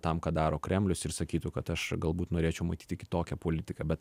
tam ką daro kremlius ir sakytų kad aš galbūt norėčiau matyti kitokią politiką bet